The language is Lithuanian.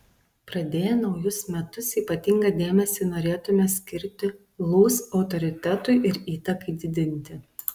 pradėję naujus metus ypatingą dėmesį norėtumėme skirti lūs autoritetui ir įtakai didinti